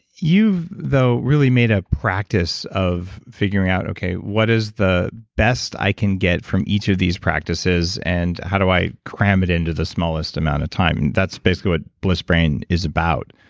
you've though really made a practice of figuring out what is the best i can get from each of these practices and how do i cram it into the smallest amount of time that's basically what bliss brain is about,